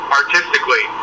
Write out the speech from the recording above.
artistically